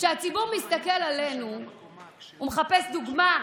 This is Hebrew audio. כשהציבור מסתכל עלינו, הוא מחפש דוגמה,